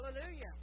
Hallelujah